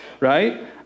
right